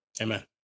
Amen